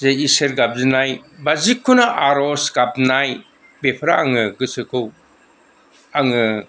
जे इसोर गाबज्रिनाय बा जिखुनु आर'ज गाबनाय बेफोरा आंनो गोसोखौ आङो